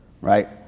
Right